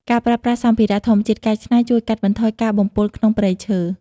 ការប្រើប្រាស់សម្ភារៈធម្មជាតិកែច្នៃ ជួយកាត់បន្ថយការបំពុលក្នុងព្រៃឈើ។